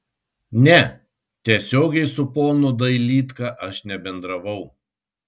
ne tiesiogiai su ponu dailydka aš nebendravau